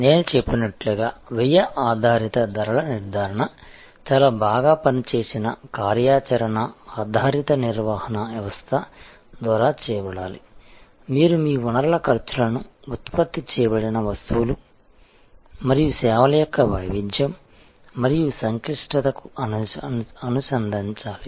నేను చెప్పినట్లుగా వ్యయ ఆధారిత ధరల నిర్ధారణ చాలా బాగా పనిచేసిన కార్యాచరణ ఆధారిత నిర్వహణ వ్యవస్థ ద్వారా చేయబడాలి మీరు మీ వనరుల ఖర్చులను ఉత్పత్తి చేయబడిన వస్తువులు మరియు సేవల యొక్క వైవిధ్యం మరియు సంక్లిష్టతకు అనుసంధానించాలి